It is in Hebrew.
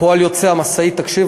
לא, מִשטחה.